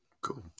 Cool